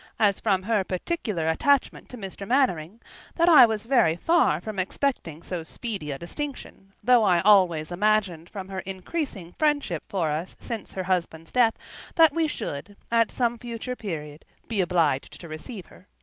as from her particular attachment to mr. mainwaring, that i was very far from expecting so speedy a distinction, though i always imagined from her increasing friendship for us since her husband's death that we should, at some future period, be obliged to receive her.